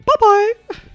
Bye-bye